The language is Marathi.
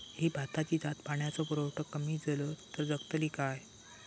ही भाताची जात पाण्याचो पुरवठो कमी जलो तर जगतली काय?